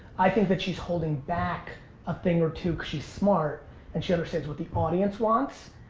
i think that she's holding back a thing or two cause she's smart and she understands what the audience wants.